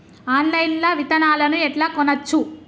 Online లా విత్తనాలను ఎట్లా కొనచ్చు?